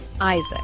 Isaac